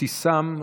אבתיסאם מראענה,